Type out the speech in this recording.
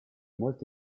molti